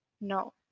No